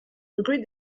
rue